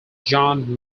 john